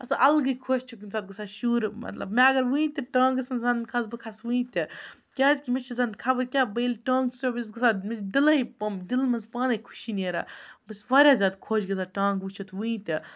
سُہ الگٕے خۄش چھِ کُنہِ ساتہٕ گژھان شُر مطلب مےٚ اگر وٕںۍ تہِ ٹانٛگَس منٛز وَنَن کھَس بہٕ کھَسہٕ وٕنۍ تہِ کیٛازِکہِ مےٚ چھِ زَن خبر کیٛاہ بہٕ ییٚلہِ ٹانٛگہٕ چھَس وٕچھان بہٕ چھَس گژھان مےٚ چھِ دِلَے دِلہٕ منٛز پانَے خوشی نیران بہٕ چھَس واریاہ زیادٕ خۄش گژھان ٹانٛگہٕ وٕچھِتھ وٕنہِ تہِ